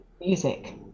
music